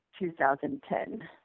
2010